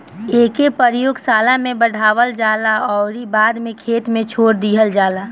एके प्रयोगशाला में बढ़ावल जाला अउरी बाद में खेते में छोड़ दिहल जाला